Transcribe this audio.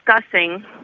discussing